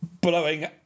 blowing